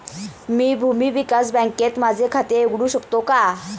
मी भूमी विकास बँकेत माझे खाते उघडू शकतो का?